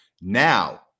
Now